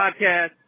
podcast